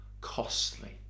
costly